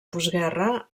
postguerra